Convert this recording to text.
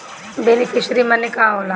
Beneficiary मने का होला?